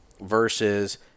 versus